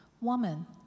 Woman